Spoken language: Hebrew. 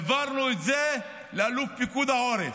העברנו את זה לאלוף פיקוד העורף,